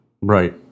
Right